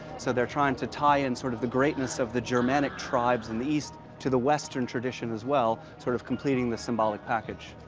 so they're trying to tie in sort of the greatness of the germanic tribes in the east to the western tradition as well, sort of completing the symbolic package.